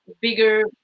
bigger